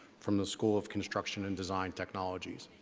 from the school of construction and design technologies.